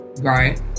Right